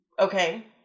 Okay